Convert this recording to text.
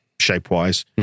shape-wise